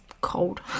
cold